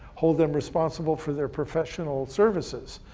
hold them responsible for their professional services.